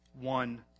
one